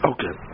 Okay